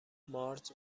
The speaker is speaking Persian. مارج